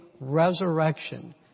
resurrection